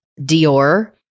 Dior